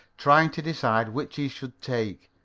trying to decide which he should take,